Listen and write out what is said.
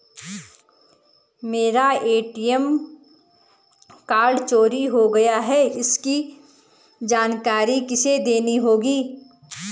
मेरा ATM card चोरी हो गया है इसकी जानकारी किसे देनी होगी?